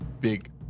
Big